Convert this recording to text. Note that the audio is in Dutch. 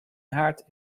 haard